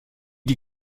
die